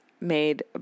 made